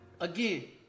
again